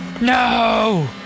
No